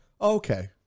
Okay